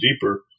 deeper